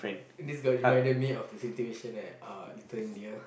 this girl reminded me of the the situation at uh Little-India